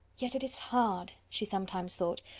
yet it is hard, she sometimes thought,